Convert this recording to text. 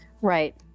Right